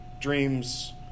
dreams